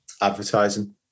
advertising